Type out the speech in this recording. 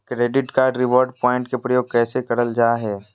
Credit card reward point के प्रयोग कैसे करल जा है?